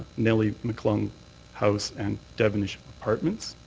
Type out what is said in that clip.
nellie mcclung house and devonish apartments.